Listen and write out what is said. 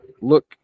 look